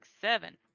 seven